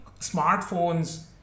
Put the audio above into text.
smartphones